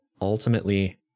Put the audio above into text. ultimately